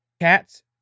cats